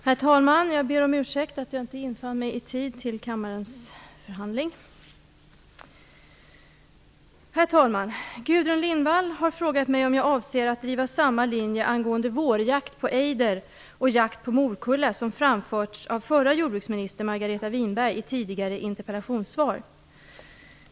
Herr talman! Jag ber om ursäkt för att jag inte infann mig i tid till kammarens förhandling. Herr talman! Gudrun Lindvall har frågat mig om jag avser att driva samma linje angående vårjakt på ejder och jakt på morkulla som framförts av förra jordbruksministern Margareta Winberg i tidigare interpellationssvar.